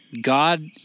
God